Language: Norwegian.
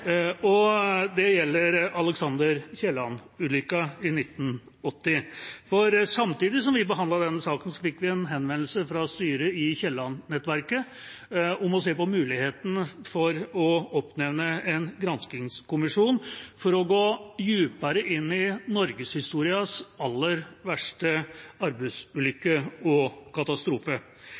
og det gjelder Alexander L. Kielland-ulykken i 1980. Samtidig som vi behandlet denne saken, fikk vi en henvendelse fra styret i Kielland-nettverket om å se på muligheten for å oppnevne en granskingskommisjon for å gå dypere inn i norgeshistoriens aller verste arbeidsulykke og katastrofe.